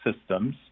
systems